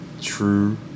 true